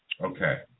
Okay